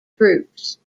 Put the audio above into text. groups